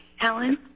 Alan